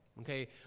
Okay